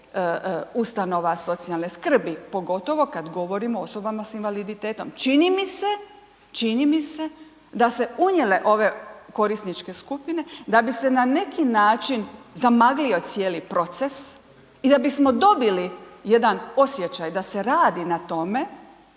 ustanova socijalne skrbi, pogotovo kad govorimo o osobama s invaliditetom. Čini mi se, čini mi se da se unijele ove korisničke skupine, da bi se na neki način zamaglio cijeli proces i da bismo dobili jedan osjećaj da se radi na tome,